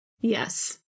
Yes